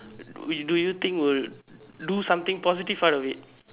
mean do you think will do something positive out of it